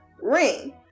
ring